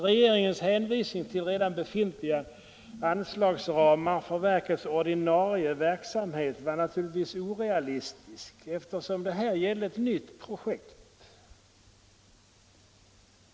Regeringens hänvisning till redan befintliga anslagsramar för verkets ordinarie verksamhet var naturligtvis orealistisk, eftersom det gällde ett . nytt projekt.